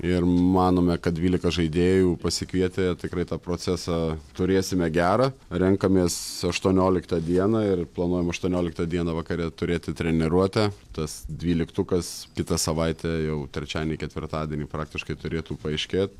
ir manome kad dvyliką žaidėjų pasikvietę tikrai tą procesą turėsime gerą renkamės aštuonioliktą dieną ir planuojam aštuonioliktą dieną vakare turėti treniruotę tas dvyliktukas kitą savaitę jau trečiadienį ketvirtadienį praktiškai turėtų paaiškėt